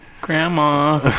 Grandma